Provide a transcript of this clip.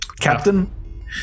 captain